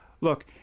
Look